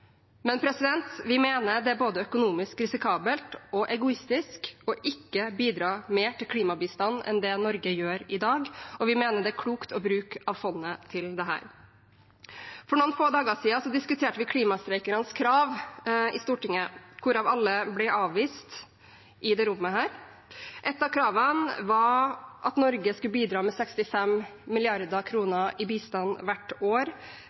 Men vi mener det er både økonomisk risikabelt og egoistisk ikke å bidra mer til klimabistand enn det Norge gjør i dag, og vi mener det er klokt å bruke av fondet til dette. For noen få dager siden diskuterte vi klimastreikernes krav i Stortinget, hvorav alle ble avvist i dette rommet. Et av kravene var at Norge skulle bidra med 65 mrd. kr i bistand hvert år